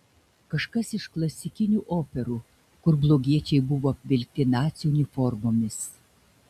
kažkas iš klasikinių operų kur blogiečiai buvo apvilkti nacių uniformomis